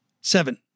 Seven